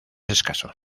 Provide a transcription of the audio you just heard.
escaso